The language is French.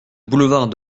boulevard